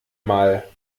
mal